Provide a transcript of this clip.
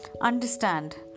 Understand